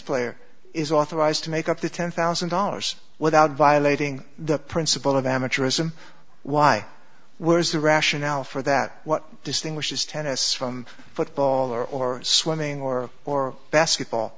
player is authorized to make up to ten thousand dollars without violating the principle of amateurism why where's the rationale for that what distinguishes tennis from football or swimming or or basketball